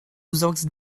saugst